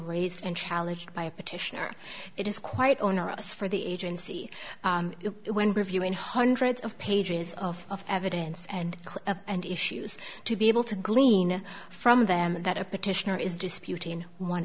raised and challenged by a petitioner it is quite onerous for the agency when reviewing hundreds of pages of evidence and and issues to be able to glean from them that a petitioner is disputing one